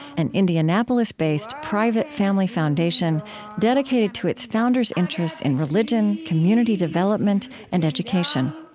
an indianapolis-based, private family foundation dedicated to its founders' interests in religion, community development, and education